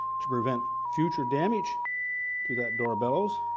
to prevent future damage to that door bellows,